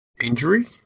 injury